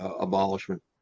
abolishment